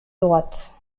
droite